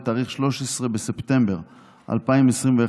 בתאריך 13 בספטמבר 2021,